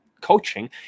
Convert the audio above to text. coaching